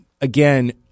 again